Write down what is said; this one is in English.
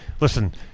Listen